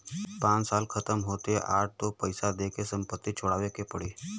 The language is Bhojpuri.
पाँच साल खतम होते साठ तो पइसा दे के संपत्ति छुड़ावे के पड़ी